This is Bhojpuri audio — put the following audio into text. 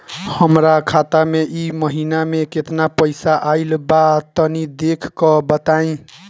हमरा खाता मे इ महीना मे केतना पईसा आइल ब तनि देखऽ क बताईं?